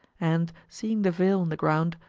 and seeing the veil on the ground,